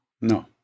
No